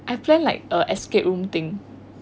I've played like escape room thing